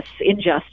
injustice